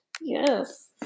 Yes